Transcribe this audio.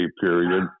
period